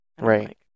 Right